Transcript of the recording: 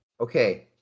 okay